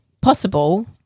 possible